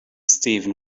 steven